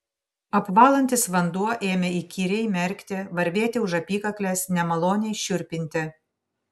apvalantis vanduo ėmė įkyriai merkti varvėti už apykaklės nemaloniai šiurpinti